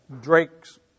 Drake's